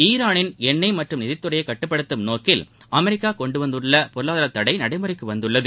ஈரானின் எண்ணெய் மற்றும் நிதித்துறையை கட்டுப்படுத்தும் நோக்கில் அமெரிக்கா கொண்டு வந்துள்ள பொருளாதாரத்தடை நடைமுறைக்கு வந்துள்ளது